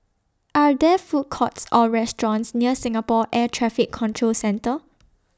Are There Food Courts Or restaurants near Singapore Air Traffic Control Centre